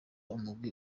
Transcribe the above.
umugwi